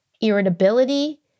irritability